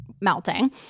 melting